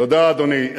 תודה, אדוני.